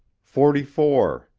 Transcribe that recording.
forty-four.